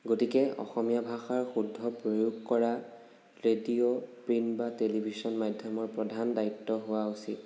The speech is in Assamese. গতিকে অসমীয়া ভাষাৰ শুদ্ধ প্ৰয়োগ কৰা ৰেডিঅ' প্ৰিণ্ট বা টেলিভিশ্বন মাধ্য়মৰ প্ৰধান দ্বায়িত্ব হোৱা উচিত